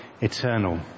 eternal